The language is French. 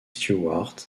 stewart